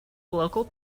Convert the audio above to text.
local